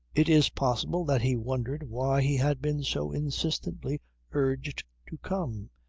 it is possible that he wondered why he had been so insistently urged to come.